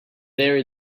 there